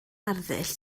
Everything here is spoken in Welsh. arddull